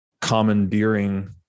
commandeering